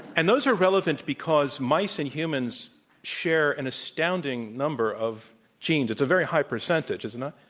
and those are relevant because mice and humans share an astounding number of genes. it's a very high percentage, is it not?